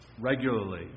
regularly